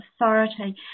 authority